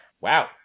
Wow